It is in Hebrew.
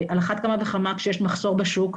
על אחת כמה וכמה כשיש מחסור בשוק,